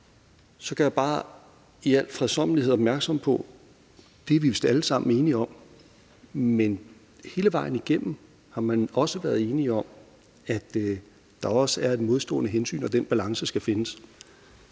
gør jeg bare i al fredsommelighed opmærksom på, at det er vi vist alle sammen enige om, men hele vejen igennem har vi jo også været enige om, at der også er et modstående hensyn, og den balance skal findes.